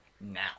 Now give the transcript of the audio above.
now